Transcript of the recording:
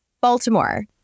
Baltimore